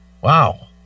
Wow